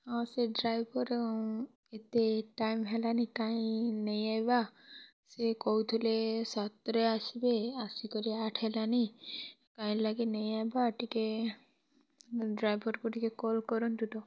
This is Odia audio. ହଁ ସେ ଡ୍ରାଇଭର୍ ଏତେ ଟାଇମ୍ ହେଲାନି କାଇଁ ନେଇଁ ଆଇବା ସେ କହୁଥୁଲେ ସାତ୍ରେ ଆସ୍ବେ ଆସିକରି ଆଠ୍ ହେଲାନି କାଇଁ ଲାଗି ନେଇଁ ଆଇବା ଟିକେ ଡ୍ରାଇଭର୍କୁ ଟିକେ କଲ୍ କରନ୍ତୁ ତ